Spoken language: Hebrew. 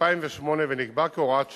2008 ונקבע כהוראת שעה.